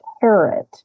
carrot